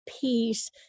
peace